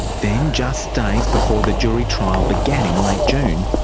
then, just days before the jury trial began in late june,